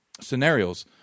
scenarios